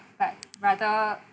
but rather